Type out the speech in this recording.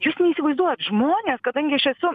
jūs neįsivaizduojat žmonės kadangi aš esu